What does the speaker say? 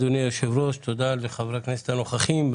אדוני היושב-ראש והנוכחים כאן,